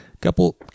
couple